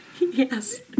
yes